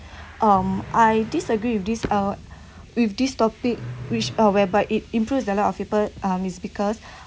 um I disagree with this uh with this topic which uh whereby it improves a lot of people um because